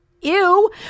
Ew